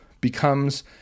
becomes